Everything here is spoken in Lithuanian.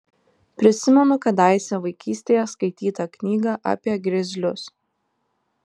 prisimenu kadaise vaikystėje skaitytą knygą apie grizlius